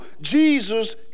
Jesus